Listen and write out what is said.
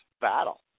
battle